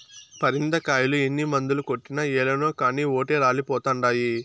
పరింద కాయలు ఎన్ని మందులు కొట్టినా ఏలనో కానీ ఓటే రాలిపోతండాయి